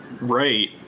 Right